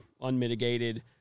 unmitigated